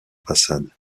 façade